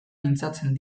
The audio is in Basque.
mintzatzen